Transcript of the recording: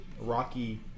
rocky